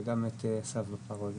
וגם את אסף בפרה-אולימפי.